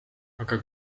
aga